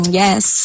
yes